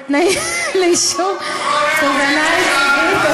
בתנאים לאישור תובענה ייצוגית הקבועים בחוק.